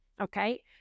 okay